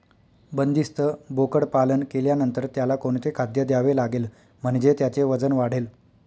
बंदिस्त बोकडपालन केल्यानंतर त्याला कोणते खाद्य द्यावे लागेल म्हणजे त्याचे वजन वाढेल?